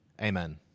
amen